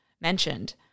mentioned